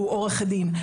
הוא עורך דין.